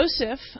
Joseph